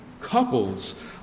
couples